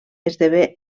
esdevé